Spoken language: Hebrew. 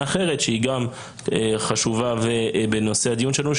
אחרת שהיא גם חשובה בנושא הדיון שלנו,